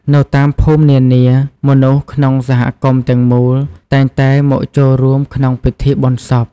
នៅតាមភូមិនានា មនុស្សក្នុងសហគមន៍ទាំងមូលតែងតែមកចូលរួមក្នុងពិធីបុណ្យសព។